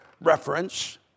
reference